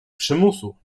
przymusu